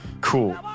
Cool